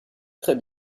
très